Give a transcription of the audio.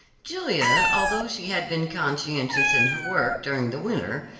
julia, although she had been conscientious in her work during the winter,